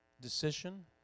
decision